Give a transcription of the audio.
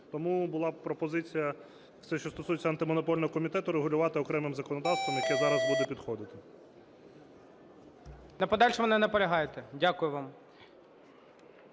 Тому була пропозиція все, що стосується Антимонопольного комітету регулювати окремим законодавством, яке зараз буде підходити.